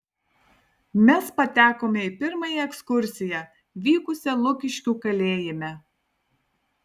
mes patekome į pirmąją ekskursiją vykusią lukiškių kalėjime